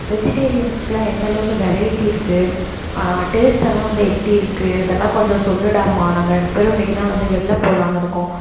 வெஜிடேரியன்ஸுக்குலாம் எந்தளவுக்கு வெரைட்டி இருக்குது டேஸ்ட்டெல்லாம் வந்து எப்படி இருக்குது அதெலாம் கொஞ்சம் சொல்லுடாமா நாங்கள் ரெண்டு பேரும் இன்னைக்கிதான் வந்து வெளில போலாம்னு இருக்கோம்